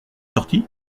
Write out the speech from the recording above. sorti